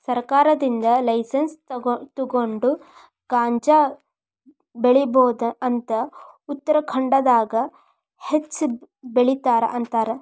ಸರ್ಕಾರದಿಂದ ಲೈಸನ್ಸ್ ತುಗೊಂಡ ಗಾಂಜಾ ಬೆಳಿಬಹುದ ಅಂತ ಉತ್ತರಖಾಂಡದಾಗ ಹೆಚ್ಚ ಬೆಲಿತಾರ ಅಂತಾರ